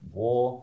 war